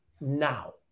now